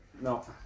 No